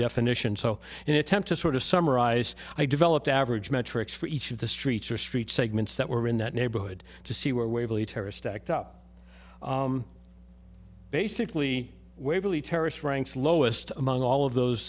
definition so in attempt to sort of summarize i developed average metrics for each of the streets or street segments that were in that neighborhood to see where waverly terrorist act up basically waverley terrorist ranks lowest among all of those